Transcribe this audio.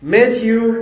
Matthew